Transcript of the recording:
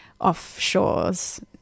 offshores